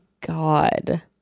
God